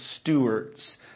stewards